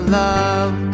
love